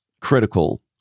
critical